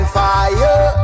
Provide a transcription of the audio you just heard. fire